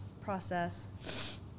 process